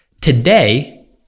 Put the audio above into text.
Today